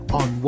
on